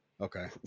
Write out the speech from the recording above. Okay